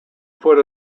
foot